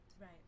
Right